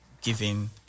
giving